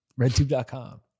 RedTube.com